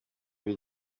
buri